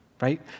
right